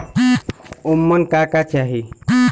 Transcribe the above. ओमन का का चाही?